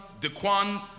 Dequan